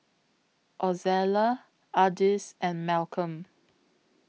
Ozella Ardis and Malcolm